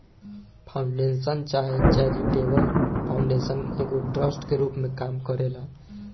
foundation चाहे charitable foundation एगो trust के रूप में काम करेला